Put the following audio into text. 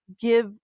give